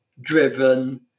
driven